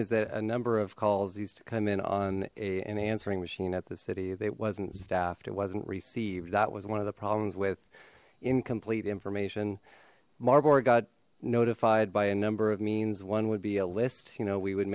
is that a number of calls used to come in on an answering machine at the city if it wasn't staffed it wasn't received that was one of the problems with incomplete information marburg got notified by a number of means one would be a list you know we would